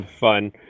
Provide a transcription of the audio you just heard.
fun